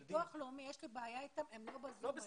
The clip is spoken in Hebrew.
עם ביטוח לאומי יש לי בעיה, הם לא ב-זום.